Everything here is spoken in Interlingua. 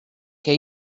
que